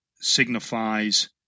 signifies